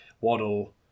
Waddle